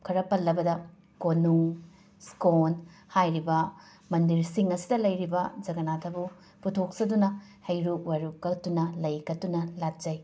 ꯈꯔ ꯄꯜꯂꯕꯗ ꯀꯣꯅꯨꯡ ꯁ꯭ꯀꯣꯟ ꯍꯥꯏꯔꯤꯕ ꯃꯟꯗꯤꯔꯁꯤꯡ ꯑꯁꯤꯗ ꯂꯩꯔꯤꯕ ꯖꯒꯅꯥꯊꯕꯨ ꯄꯨꯊꯣꯛꯆꯗꯨꯅ ꯍꯩꯔꯨꯛ ꯋꯥꯏꯔꯨꯛ ꯀꯠꯇꯨꯅ ꯂꯩ ꯀꯠꯇꯨꯅ ꯂꯥꯠꯆꯩ